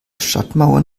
stadtmauern